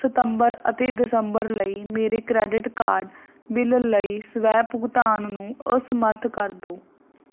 ਸਤੰਬਰ ਅਤੇ ਦਸੰਬਰ ਲਈ ਮੇਰੇ ਕਰੇਡਿਟ ਕਾਰਡ ਬਿੱਲ ਲਈ ਸਵੈ ਭੁਗਤਾਨ ਨੂੰ ਅਸਮਰੱਥ ਕਰ ਦੋ